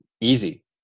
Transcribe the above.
easy